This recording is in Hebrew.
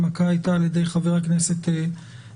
ההנמקה הייתה על ידי חבר הכנסת מקלב.